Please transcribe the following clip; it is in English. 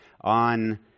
on